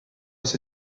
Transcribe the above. aux